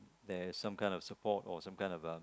there is some kind of support or some kind of a